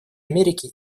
америки